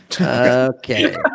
Okay